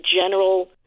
general